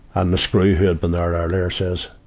and the screw who had been there earlier says,